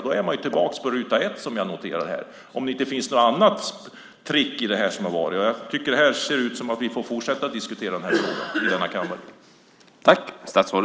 Då är man tillbaka på ruta ett - om det inte finns något annat trick i detta. Det ser ut som att vi får fortsätta diskutera frågan i denna kammare.